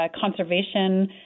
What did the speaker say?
conservation